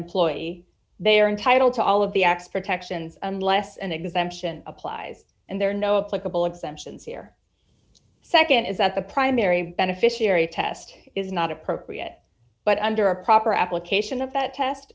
employee they are entitled to all of the x protections unless an exemption applies and there are no political exemptions here nd is that the primary beneficiary test is not appropriate but under a proper application of that test